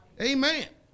Amen